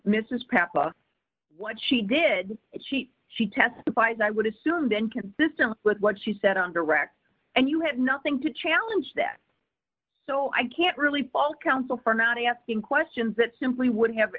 pappa what she did she she testifies i would assume then consistent with what she said on direct and you have nothing to challenge that so i can't really call counsel for not asking questions that simply would have